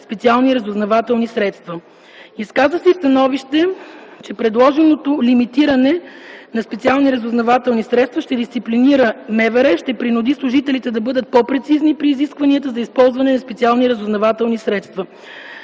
специални разузнавателни средства. Изказа се и становище, че предложеното лимитиране на специалните разузнавателни средства ще дисциплинира МВР, ще принуди служителите да бъдат по-прецизни при исканията за използване на специални разузнавателни средства.